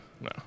no